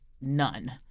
none